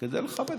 כדי לכבד.